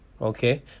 okay